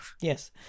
Yes